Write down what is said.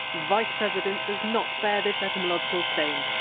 vice-president! does not bear this etymological stain.